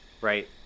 right